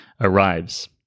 arrives